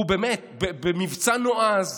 הוא באמת, במבצע נועז